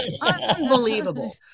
unbelievable